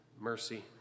mercy